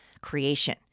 creation